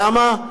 למה?